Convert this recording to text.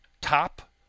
top